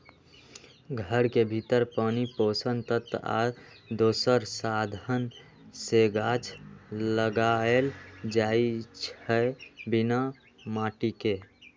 घर के भीतर पानी पोषक तत्व आ दोसर साधन से गाछ लगाएल जाइ छइ बिना माटिके